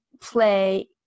Play